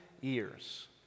years